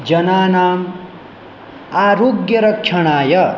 जनानाम् आरोग्यरक्षणाय